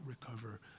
recover